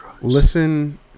listen